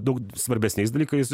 daug svarbesniais dalykais